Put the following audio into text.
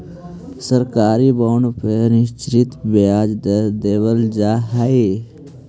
सरकारी बॉन्ड पर निश्चित ब्याज दर देवल जा हइ